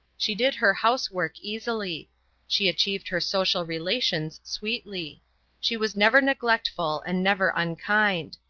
she did her housework easily she achieved her social relations sweetly she was never neglectful and never unkind.